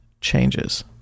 changes